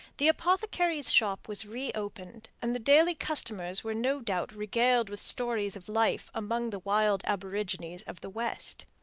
the apothecary's shop was re-opened, and the daily customers were no doubt regaled with stories of life among the wild aborigines of the west.